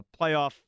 playoff